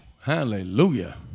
Hallelujah